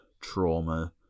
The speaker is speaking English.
trauma